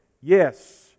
Yes